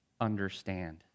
understand